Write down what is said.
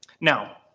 Now